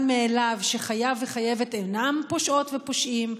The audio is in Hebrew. מאליו שחייב וחייבת אינם פושעות ופושעים,